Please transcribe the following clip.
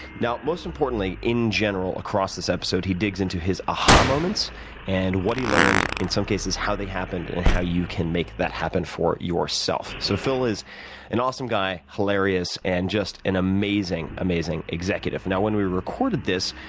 now, most importantly, in general, across this episode, he digs into his a-ha moments and what he learned, in some cases, how they happened, and how you can make that happen for yourself. so phil is an awesome guy, hilarious, and just an amazing, amazing executive. now, when we recorded this,